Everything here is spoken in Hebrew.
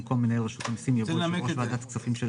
במקום "6%" יבוא "2.5%".